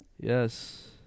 Yes